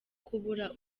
kubura